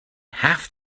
have